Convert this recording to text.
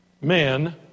Men